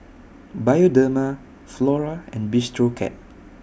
Bioderma Flora and Bistro Cat